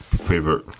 Favorite